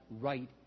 right